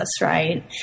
right